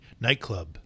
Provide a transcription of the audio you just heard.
nightclub